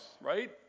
right